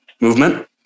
movement